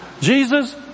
Jesus